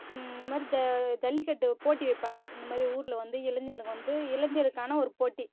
இந்தமாதிரி ஜ ஜல்லிக்கட்டு போட்டி வைப்பாங்க இந்தமாதிரி ஊரில் வந்து இளைஞர் வந்து இளைஞருக்கான ஒரு போட்டி